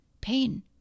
pain